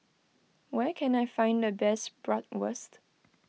where can I find the best Bratwurst